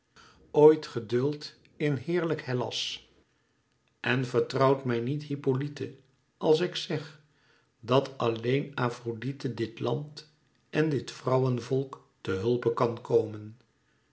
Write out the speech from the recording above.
ooit geduld in heerlijk hellas en vertrouwt mij niet hippolyte als ik zeg dat alleen afrodite dit land en dit vrouwenvolk te hulpe kan komen